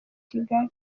kigali